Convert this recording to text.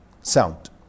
sound